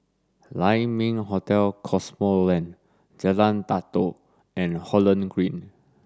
Lai Ming Hotel Cosmoland Jalan Datoh and Holland Green